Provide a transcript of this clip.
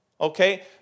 Okay